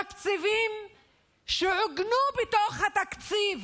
תקציבים שעוגנו בתוך התקציב